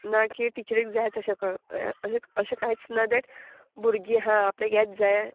ना की टिचरीक जाय तशें कर अशें अशें कांयच ना दॅट भुरगीं हा आपल्याक हेत जाये